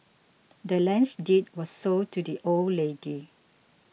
the land's deed was sold to the old lady